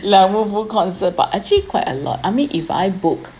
liang wen fu concert bah actually quite a lot I mean if I book